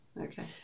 okay